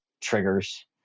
triggers